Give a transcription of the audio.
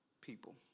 people